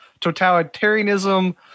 totalitarianism